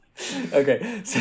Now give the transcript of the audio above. Okay